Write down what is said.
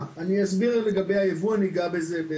אני אסביר לגבי הייבוא, אני אגע בזה.